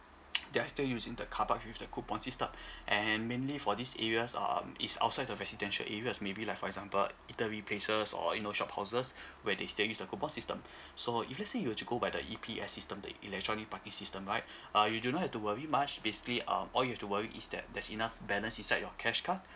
they're still using the carpark with the coupon system and mainly for these areas um is outside the residential areas maybe like for example eatery places or you know shophouses where they still use the coupon system so if let's say you were to go by the E_P_S system the electronic parking system right uh you do not have to worry much basically uh all you have to worry is that there's enough balance in your cash card